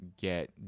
get